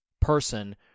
person